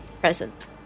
present